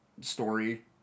Story